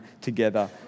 together